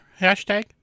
hashtag